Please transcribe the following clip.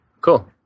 cool